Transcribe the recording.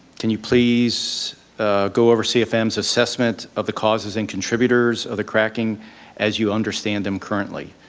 can you please go over cfm's assessment of the causes and contributors of the cracking as you understand them currently?